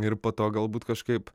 ir po to galbūt kažkaip